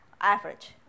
average